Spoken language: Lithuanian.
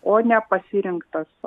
o ne pasirinktos